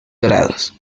dorados